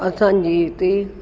असांजे हिते